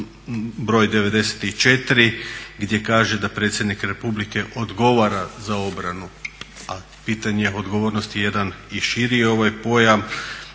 broj 94. gdje kaže da Predsjednik Republike odgovara za obranu, a pitanje odgovornosti je jedan i širi pojam.